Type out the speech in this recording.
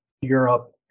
Europe